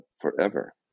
forever